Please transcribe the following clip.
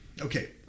Okay